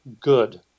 good